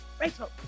Rachel